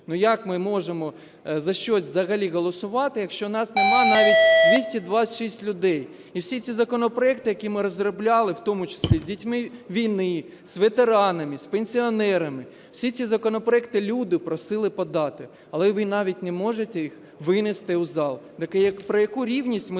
Як ми можемо за щось взагалі голосувати, якщо нас нема навіть 226 людей? І всі ці законопроекти, які ми розробляли в тому числі з дітьми війни, з ветеранами, з пенсіонерами, всі ці законопроекти люди просили подати. Але ви навіть не можете їх винести в зал. Так про яку рівність ми